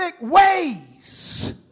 ways